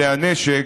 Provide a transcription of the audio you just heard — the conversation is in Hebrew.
כלי הנשק,